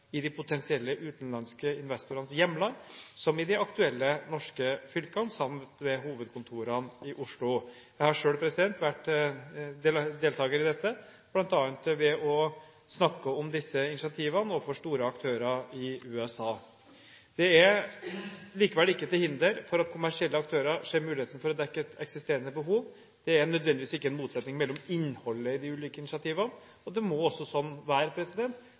i de potensielle utenlandske investorenes hjemland som i de aktuelle norske fylkene samt ved hovedkontorene i Oslo. Jeg har selv vært deltaker i dette, bl.a. ved å snakke om disse initiativene overfor store aktører i USA. Dette er likevel ikke til hinder for at kommersielle aktører ser på muligheten for å dekke et eksisterende behov. Det er ikke nødvendigvis en motsetning mellom innholdet i de ulike initiativene, og også de initiativene vi har i distriktskommunene, må være